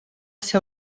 seu